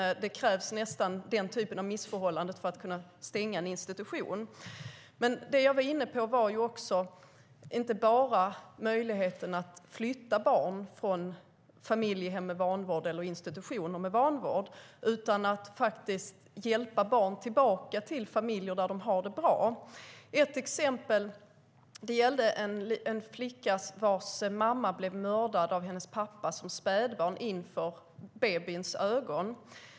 Det krävs nästan den typen av missförhållanden för att kunna stänga en institution. Jag var inne på möjligheten att flytta barn från familjehem eller institution där vanvård förekommer, men vi måste också ha möjlighet att hjälpa barn tillbaka till familjer där de har det bra. Ett exempel är en flicka vars mamma blev mördad av pappan när flickan var spädbarn. Det skedde inför babyns ögon.